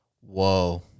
whoa